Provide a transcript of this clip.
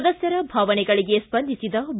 ಸದಸ್ಟರ ಭಾವನೆಗಳಿಗೆ ಸ್ಪಂದಿಸಿದ ಬಿ